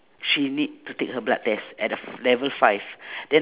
she need to take her blood test at a level five